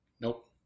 Nope